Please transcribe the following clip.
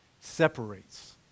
Separates